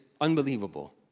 unbelievable